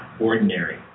ordinary